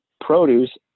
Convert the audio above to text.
produce